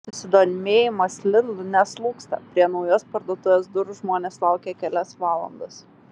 susidomėjimas lidl neslūgsta prie naujos parduotuvės durų žmonės laukė kelias valandas